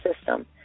system